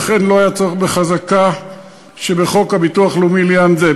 ולכן לא היה צורך בחזקה שבחוק הביטוח הלאומי לעניין זה.